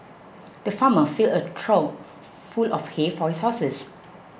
the farmer filled a trough full of hay for his horses